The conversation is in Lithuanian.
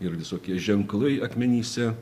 ir visokie ženklai akmenyse